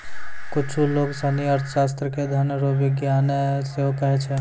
कुच्छु लोग सनी अर्थशास्त्र के धन रो विज्ञान सेहो कहै छै